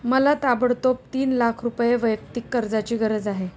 मला ताबडतोब तीन लाख रुपये वैयक्तिक कर्जाची गरज आहे